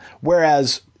whereas